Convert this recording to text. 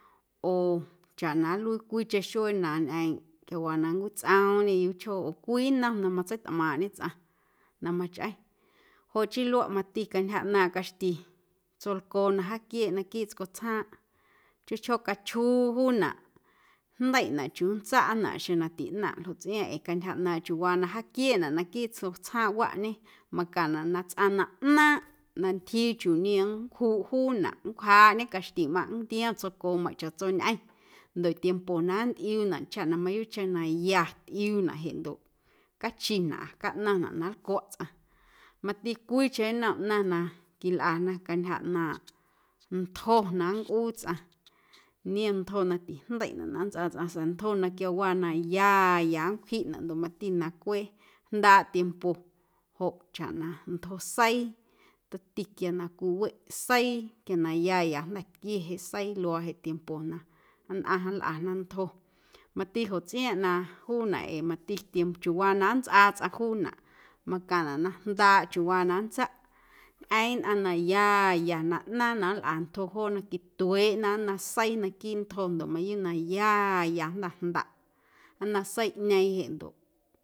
Oo chaꞌ na nluii cwiicheⁿ xuee na ñꞌeeⁿꞌ quiawaa na nncwitsꞌoomñe yuuchjoo oo cwii nnom na matseitꞌmaaⁿꞌñe tsꞌaⁿ na machꞌeⁿ joꞌ chii luaꞌ mati cantyja ꞌnaaⁿꞌ caxti tscolcoo na jaaquieeꞌ naquiiꞌ tscotsjaaⁿꞌ chjoo chjoo cachjuu juunaꞌ jndeiꞌnaꞌ chuu nntsaꞌnaꞌ xeⁿ na tiꞌnaⁿꞌ joꞌ tsꞌiaaⁿꞌ ee cantyja ꞌnaaⁿꞌ chiuuwaa na jaaquieenaꞌ naquiiꞌ tscotsjaaⁿꞌwaꞌñe macaⁿnaꞌ na tsꞌaⁿ na ꞌnaaⁿꞌ na ntyjii chiuu niom ncjuꞌ juunaꞌ nncwjaaꞌñe caxtimꞌaⁿꞌ nntiom tsocoomeiⁿꞌ chaꞌtsoñꞌeⁿ ndoꞌ tiempo na nntꞌiuunaꞌ chaꞌ na mayuuꞌcheⁿ na ya tꞌiuunaꞌ jeꞌ ndoꞌ cachinaꞌ ndoꞌ caꞌnaⁿnaꞌ na nlcwaꞌ tsꞌaⁿ. Mati cwiicheⁿ nnom ꞌnaⁿ na quilꞌana cantyja ꞌnaaⁿꞌ ntjom na nncꞌuu tsꞌaⁿ niom ntjo na tijndeiꞌnaꞌ na nntsꞌaa tsꞌaⁿ sa̱a̱ ntjo na quiawaa na ya ya nncwjiꞌnaꞌ ndoꞌ mati na cweꞌ jndaaꞌ tiempo joꞌ chaꞌ na ntjo seii tomti quia na cwiweꞌ seii quia na ya ya jnda̱ tquie jeꞌ seii luaa jeꞌ tiempo na nnꞌaⁿ nlꞌana ntjo mati joꞌ tsꞌiaaⁿꞌ na juunaꞌ ee mati tie chuwaa na nntsꞌaa tsꞌaⁿ juunaꞌ macaⁿnaꞌ na jndaaꞌ chiuuwaa na nntsaꞌ ñꞌeeⁿꞌ nnꞌaⁿ na ya ya ꞌnaaⁿ na nlꞌa tjo joona quitueeꞌna nnaⁿ seii naquiiꞌ ntjo ndoꞌ mayuuꞌ na ya ya jnda̱ jndaꞌ nnaⁿ seiiꞌñeeⁿ jeꞌ ndoꞌ.